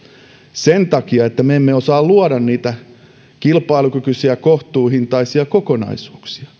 sen takia että me emme osaa luoda kilpailukykyisiä kohtuuhintaisia kokonaisuuksia